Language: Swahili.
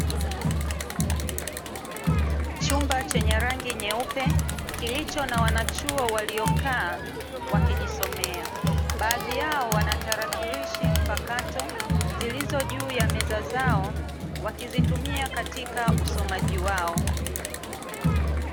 Chumba chenye rangi nyeupe kilicho na wanachuo waliokaa wakijisomea, baadhi yao wana tarakilishi mpakato zilizo juu ya meza zao, wakizitumia katika usomaji wao.